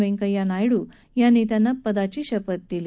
वैकंय्या नायड् यांनी त्यांना पदाची शपथ दिली